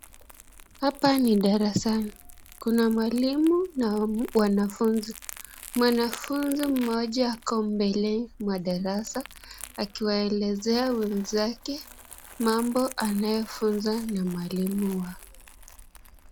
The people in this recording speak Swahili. Hapa ni darasani, kuna mwalimu na wanafuzi. Mwanafuzi mmoja ako mbele mwa darasa akiwaelezea wenzake mambo anayefuzwa na mwalimu wao.